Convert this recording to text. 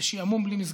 בשעמום בלי מסגרת.